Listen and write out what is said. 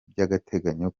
by’agateganyo